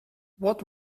what